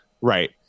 Right